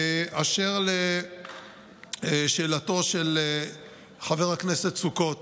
אשר לשאלתו של חבר הכנסת סוכות,